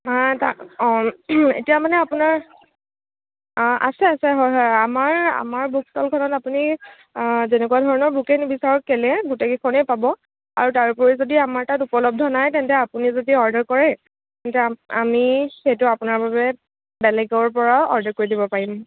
নাই অঁ অঁ এতিয়া মানে আপোনাৰ আছে আছে হয় হয় আমাৰ আমাৰ বুকষ্টলখনত আপুনি যেনেকুৱা ধৰণৰ বুকেই নিবিচাৰক কেলেই গোটেইকেইখনেই পাব আৰু তাৰোপৰি যদি আমাৰ তাত উপলব্ধ নাই তেন্তে আপুনি যদি অৰ্ডাৰ কৰে যাম আমি সেইটো আপোনাৰ বাবে বেলেগৰ পৰাও অৰ্ডাৰ কৰি দিব পাৰিম